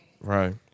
Right